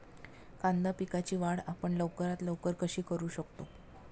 कांदा पिकाची वाढ आपण लवकरात लवकर कशी करू शकतो?